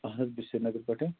اَہَن حظ بہٕ چھُس سریٖنگرٕ پٮ۪ٹھٕ